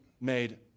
made